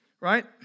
Right